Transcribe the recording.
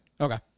Okay